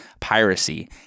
piracy